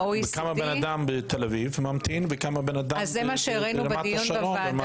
מה-OECD --- כמה בן אדם בתל אביב ממתין וכמה בן אדם ברמת השרון.